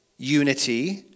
unity